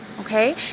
okay